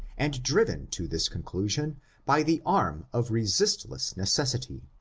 and driven to this conclusion by the arm of resistless necessity,